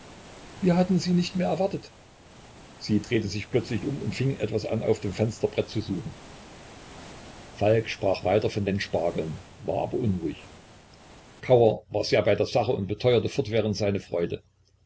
wir hatten sie nicht mehr erwartet sie drehte sich plötzlich um und fing an etwas auf dem fensterbrett zu suchen falk sprach weiter von den spargeln war aber unruhig kauer war sehr bei der sache und beteuerte fortwährend seine freude